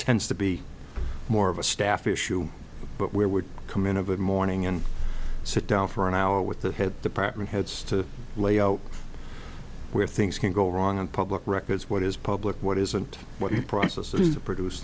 tends to be more of a staff issue but where would come in of a morning and sit down for an hour with the head department heads to layout where things can go wrong and public records what is public what is and what your process is to produce